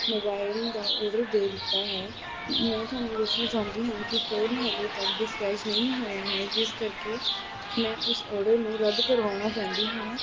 mobile ਦਾ order ਦੇ ਦਿੱਤਾ ਹੈ ਮੈਂ ਤੁਹਾਨੂੰ ਦੱਸਣਾ ਚਾਹੁੰਦੀ ਹਾਂ ਕਿ ਫੋਨ ਹਲੇ ਤੱਕ ਡਿਸਪੈਚ ਨਹੀਂ ਹੋਇਆ ਹੈ ਜਿਸ ਕਰਕੇ ਮੈਂ ਉਸ ਓਡਰ ਨੂੰ ਰੱਦ ਕਰਵਾਉਣਾ ਚਾਹੁੰਦੀ ਹਾਂ